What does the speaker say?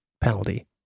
penalty